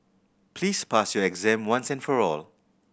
please pass your exam once and for all